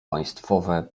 państwowe